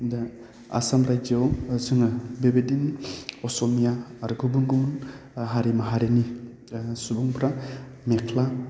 दा आसाम रायजोआव जोङो बेबायदि असमिया आरो गुबुन गुबुन हारि माहारिनि सुबुंफ्रा मेख्ला